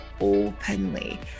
openly